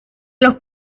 los